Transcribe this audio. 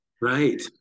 right